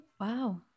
Wow